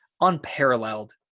unparalleled